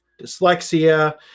dyslexia